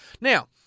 Now